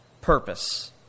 purpose